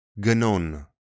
Ganon